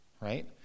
right